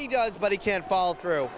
he does but he can't follow through